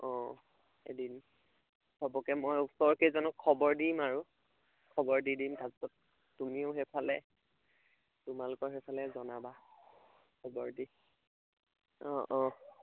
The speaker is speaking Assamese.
অঁ এদিন চবকে মই ওচৰৰ কেইজনক খবৰ দিম আৰু খবৰ দি দিম তাৰ পাছত তুমিও সেইফালে তোমালোকৰ সেইফালে জনাবা খবৰ দি অঁ অঁ